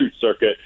circuit